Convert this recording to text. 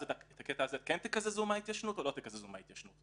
את הקטע הזה כן תקזזו או לא תקזזו מההתיישנות?